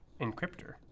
encryptor